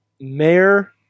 Mayor